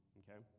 okay